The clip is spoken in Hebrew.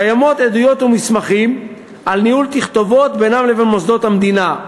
קיימים עדויות ומסמכים על ניהול תכתובות בינם לבין מוסדות המדינה,